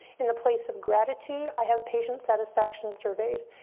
in the place of gratitude, i have patient satisfaction surveys.